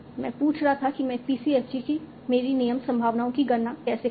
मैं पूछ रहा था कि मैं PCFG की मेरी नियम संभावनाओं की गणना कैसे करूं